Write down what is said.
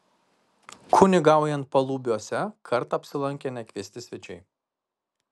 kunigaujant palubiuose kartą apsilankė nekviesti svečiai